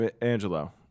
Angelo